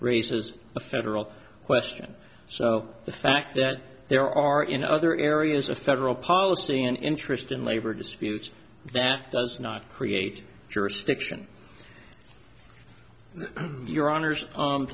raises a federal question so the fact that there are in other areas a federal policy and interest in labor disputes that does not create jurisdiction your honour's